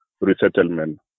resettlement